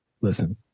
listen